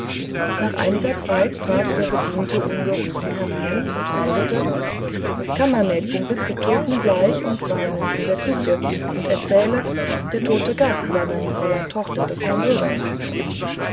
nach einiger zeit trat der bediente ungerufen herein und meldete das kammermädchen sitze totenbleich und weinend in der küche und erzähle der tote gast sei beim fräulein tochter des herrn bürgermeisters